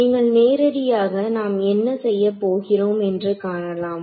நீங்கள் நேரடியாக நாம் என்ன செய்யப்போகிறோம் என்று காணலாம்